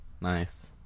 Nice